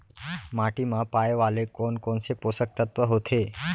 माटी मा पाए वाले कोन कोन से पोसक तत्व होथे?